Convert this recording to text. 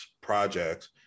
projects